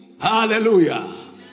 Hallelujah